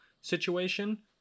situation